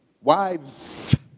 Wives